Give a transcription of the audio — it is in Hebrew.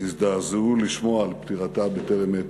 הזדעזעו לשמוע על פטירתה בטרם עת.